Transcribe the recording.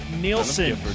Nielsen